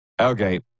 Okay